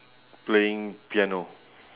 playing piano